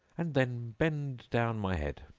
and then bend down my head.